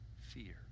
fear